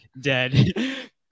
dead